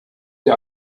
der